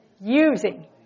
using